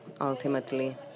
ultimately